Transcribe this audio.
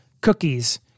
cookies